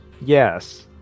Yes